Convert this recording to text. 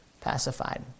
pacified